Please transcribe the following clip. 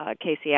Casey